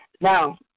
Now